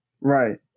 Right